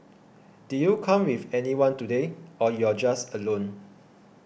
did you come with anyone today or you're just alone